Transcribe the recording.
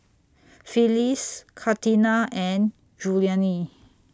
Phyliss Katina and Julianne